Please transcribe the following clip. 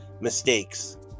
Mistakes